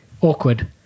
awkward